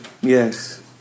Yes